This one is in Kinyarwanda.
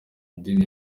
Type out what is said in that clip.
idini